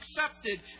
accepted